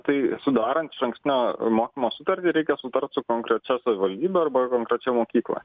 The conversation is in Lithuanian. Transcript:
tai sudarant išankstinio mokymo sutartį reikia sutart su konkrečia savivaldybe arba konkrečia mokykla